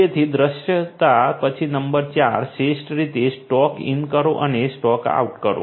તેથી દૃશ્યતા પછી નંબર 4 શ્રેષ્ઠ રીતે સ્ટોક ઇન કરો અને સ્ટોક આઉટ કરો